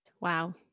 wow